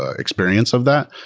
ah experience of that.